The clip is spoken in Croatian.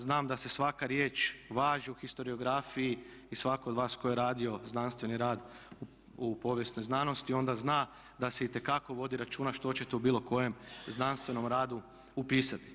Znam da se svaka riječ važe u historiografiji i svatko od vas tko je radio znanstveni rad u povijesnoj znanosti onda zna da se itekako vodi računa što ćete u bilo kojem znanstvenom radu upisati.